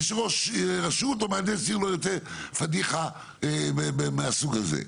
ושראש רשות ומהנדס עיר לא רוצה פדיחה מהסוג הזה.